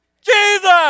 Jesus